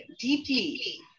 deeply